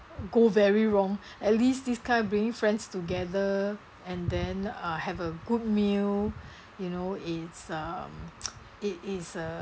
go very wrong at least this kind of bring friends together and then uh have a good meal you know it's um it is a